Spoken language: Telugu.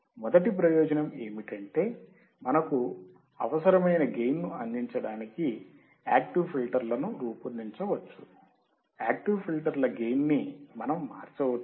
మొదటి ప్రయోజనం ఏమిటంటే మనకు అవసరమైన గెయిన్ ను అందించడానికి యాక్టివ్ ఫిల్టర్లను రూపొందించవచ్చు యాక్టివ్ ఫిల్టర్ల గెయిన్ ని మనం మార్చవచ్చు